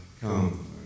come